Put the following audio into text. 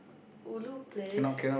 ulu place